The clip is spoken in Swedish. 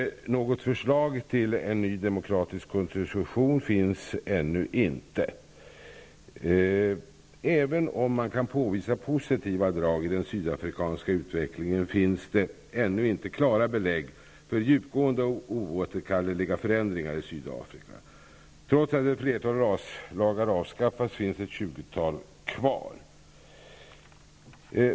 Något förslag till en ny demokratisk konstitution finns ännu inte. Även om man kan påvisa positiva drag i den sydafrikanska utvecklingen finns det ännu inte klara belägg för djupgående och oåterkalleliga förändringar i Sydafrika. Trots att ett flertal raslagar avskaffats finns ett tjugotal kvar.